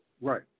right